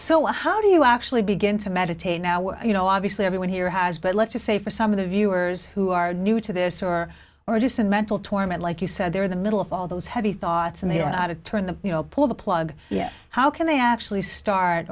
so how do you actually begin to meditate now you know obviously everyone here has but let's just say for some of the viewers who are new to this or are abuse and mental torment like you said they're in the middle of all those heavy thoughts and they are out of turn the you know pull the plug yes how can they actually start